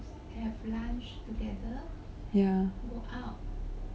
ya